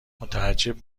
متعجب